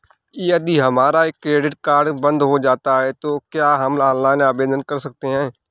यदि हमारा credit card बंद हो जाता है तो क्या हम ऑनलाइन आवेदन कर सकते हैं?